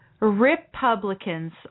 Republicans